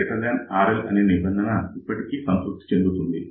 Rout RL అనే నిబంధన ఇప్పటికీ సంతృప్తి చెందుతుంది